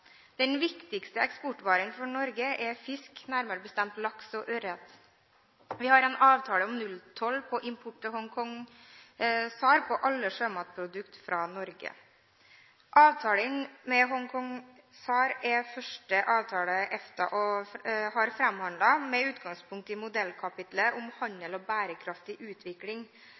Den viktigste eksportvaren for Norge er fisk – nærmere bestemt laks og ørret. Vi har en avtale om nulltoll på import til Hongkong SAR på alle sjømatprodukter fra Norge. Avtalen med Hongkong SAR er den første avtalen EFTA har framforhandlet, med utgangspunkt i modellkapitlet om handel og bærekraftig utvikling,